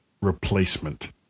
replacement